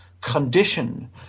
condition